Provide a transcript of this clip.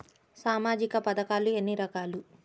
సామాజిక పథకాలు ఎన్ని రకాలు?